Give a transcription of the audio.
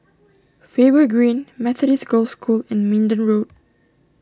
Faber Green Methodist Girls' School and Minden Road